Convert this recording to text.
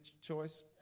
choice